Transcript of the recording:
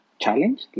challenge